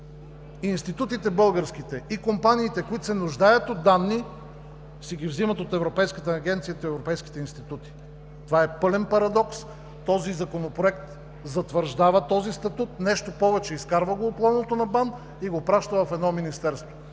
институти и компаниите, които се нуждаят от данни, си ги взимат от Европейската агенция, от европейските институти. Това е пълен парадокс! Този законопроект затвърждава този статут. Нещо повече, изкарва го от лоното на БАН и го праща в едно министерство.